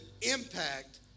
impact